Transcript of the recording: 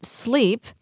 sleep